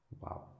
Wow